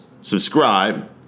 subscribe